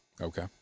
Okay